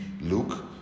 Luke